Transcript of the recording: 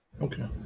Okay